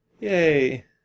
Yay